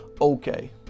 okay